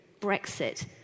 Brexit